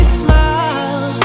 smile